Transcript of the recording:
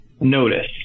notice